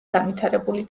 განვითარებული